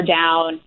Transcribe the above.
down